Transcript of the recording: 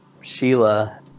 Sheila